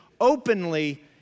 openly